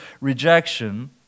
rejection